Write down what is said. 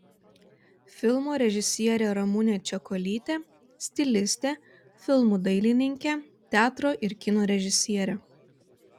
filmo režisierė ramunė čekuolytė stilistė filmų dailininkė teatro ir kino režisierė